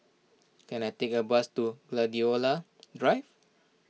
can I take a bus to Gladiola Drive